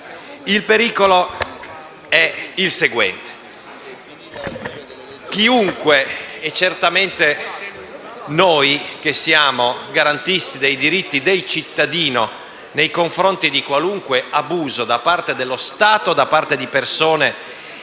il pericolo è il seguente: chiunque (e certamente noi che siamo garantisti dei diritti del cittadino nei confronti di qualunque abuso da parte dello Stato e di persone